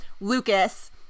Lucas